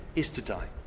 is to die.